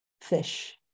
fish